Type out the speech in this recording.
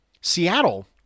Seattle